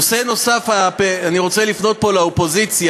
נושא נוסף, אני רוצה לפנות פה לאופוזיציה,